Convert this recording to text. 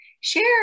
share